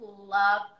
love